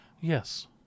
Yes